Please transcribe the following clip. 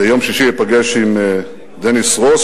ביום שישי אפגש עם דניס רוס,